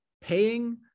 paying